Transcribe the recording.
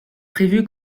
prévu